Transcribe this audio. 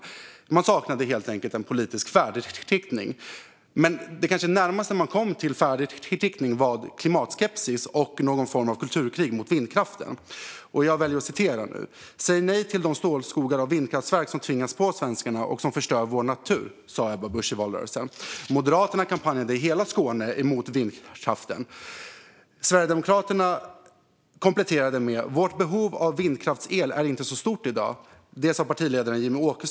Man saknade helt enkelt en politisk färdriktning. Klimatskepsis och någon form av kulturkrig mot vindkraften var kanske det närmaste en färdriktning som man kom. Jag väljer att citera Ebba Busch i valrörelsen: Säg nej till de stålskogar av vindkraftverk som tvingas på svenskarna och som förstör vår natur. Moderaterna kampanjade i hela Skåne mot vindkraften. Sverigedemokraternas partiledare Jimmie Åkesson kompletterade med att säga: Vårt behov av vindkraftsel är inte så stort i dag.